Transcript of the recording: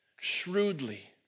shrewdly